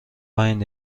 پنج